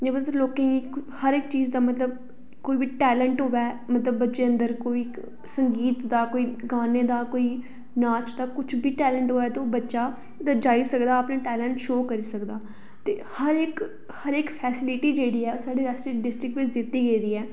हर लेबल दे लोकें गी हर इक चीज दा मतलब कोई बी टेलेंट होऐ मतलब बच्चे अंदर कोई संगीत दा कोई गाने दा कोई नाच दा कोई कुछ बी टेलेंट होऐ ते ओह् बच्चा जाई सकदा अपने टेलेंट शो करी सकदा ते हर इक हर इक फैसीलिटी जेहड़ी ऐ साढ़ी रियासी डिस्ट्रिक्ट गी दित्ती गेदी ऐ